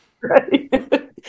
Right